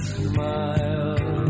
smile